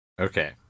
Okay